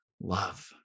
love